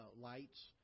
lights